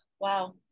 wow